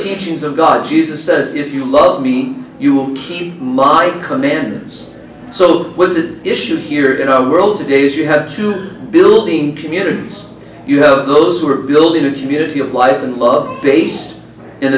teachings of god jesus says if you love me you will keep my commands so was it an issue here in our world today as you had to build in communities you have those who are building a community of life and love based in